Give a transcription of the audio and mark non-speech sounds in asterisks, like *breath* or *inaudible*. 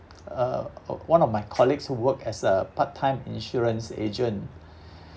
uh uh one of my colleagues who work as a part-time insurance agent *breath*